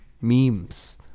Memes